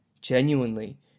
genuinely